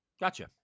Gotcha